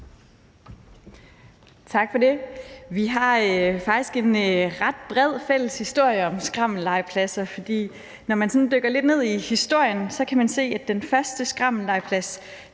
Tak for det. Vi har faktisk en ret bred fælles historie om skrammellegepladser, for når man sådan dykker lidt ned i historien, kan man se, at den første skrammellegeplads